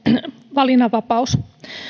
valinnanvapaus